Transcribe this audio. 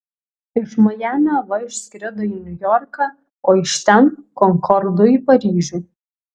iš majamio eva išskrido į niujorką o iš ten konkordu į paryžių